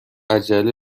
عجله